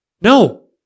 No